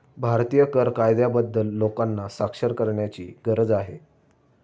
भारतीय कर कायद्याबद्दल लोकांना साक्षर करण्याची गरज आहे